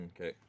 Okay